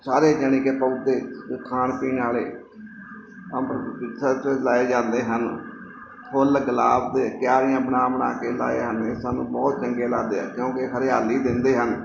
ਸਾਰੇ ਯਾਨੀ ਕਿ ਪੌਦੇ ਖਾਣ ਪੀਣ ਵਾਲੇ ਲਗਾਏ ਜਾਂਦੇ ਹਨ ਫੁੱਲ ਗੁਲਾਬ ਦੇ ਕਿਆਰੀਆਂ ਬਣਾ ਬਣਾ ਕੇ ਲਗਾਏ ਹਨ ਇਹ ਸਾਨੂੰ ਬਹੁਤ ਚੰਗੇ ਲੱਗਦੇ ਹੈ ਕਿਉੰਕਿ ਹਰਿਆਲੀ ਦਿੰਦੇ ਹਨ